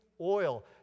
oil